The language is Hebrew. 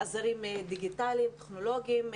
עזרים דיגיטליים טכנולוגיים,